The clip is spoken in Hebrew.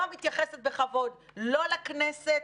לא מתייחסת בכבוד לא לכנסת,